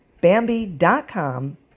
Bambi.com